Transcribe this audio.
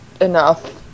enough